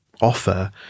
offer